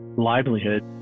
livelihood